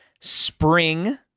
spring